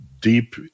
deep